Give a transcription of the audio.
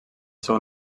seu